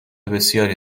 بسیاری